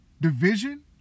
division